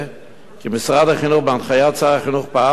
כי משרד החינוך, בהנחיית שר החינוך, פעל לשנות